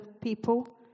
people